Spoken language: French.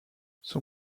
son